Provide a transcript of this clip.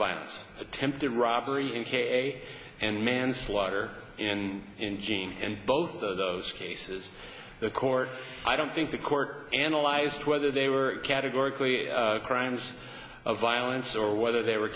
violence attempted robbery in k and manslaughter and in jena and both of those cases the court i don't think the court analyzed whether they were categorically crimes of violence or whether they were